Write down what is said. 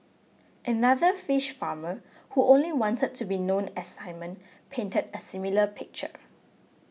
another fish farmer who only wanted to be known as Simon painted a similar picture